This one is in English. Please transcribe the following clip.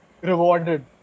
rewarded